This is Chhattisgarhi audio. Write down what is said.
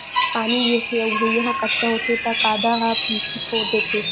पानी गिरथे अउ भुँइया ह कच्चा होथे त कांदा ह पीकी फोर देथे